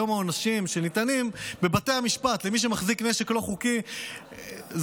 היום העונשים שניתנים למי שמחזיק נשק לא חוקי בבתי המשפט,